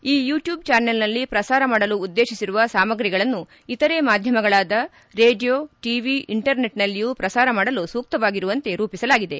ಈ ಯುಟ್ಕೂಬ್ ಚಾನೆಲ್ನಲ್ಲಿ ಪ್ರಸಾರ ಮಾಡಲು ಉದ್ದೇಶಿಸಿರುವ ಸಾಮಗಿಗಳನ್ನು ಇತರೆ ಮಾಧ್ಯಮಗಳಾದ ರೇಡಿಯೋಟಿವಿಇಂಟರ್ ನೆಟ್ನಲ್ಲಿಯೂ ಪ್ರಸಾರ ಮಾಡಲು ಸೂಕ್ತವಾಗಿರುವಂತೆ ರೂಪಿಸಲಾಗಿದೆ